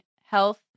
health